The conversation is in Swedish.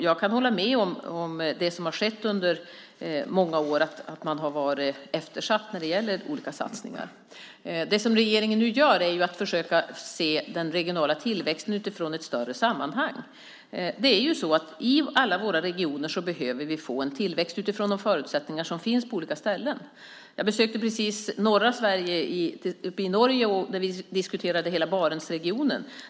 Jag kan hålla med om att det som har skett under många år är att man har varit eftersatt när det gäller olika satsningar. Det som regeringen nu gör är ju att försöka se den regionala tillväxten utifrån ett större sammanhang. Det är ju så att i alla våra regioner behöver vi få en tillväxt utifrån de förutsättningar som finns på olika ställen. Jag besökte precis norra Sverige och var uppe i Norge, där vi diskuterade hela Barentsregionen.